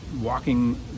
walking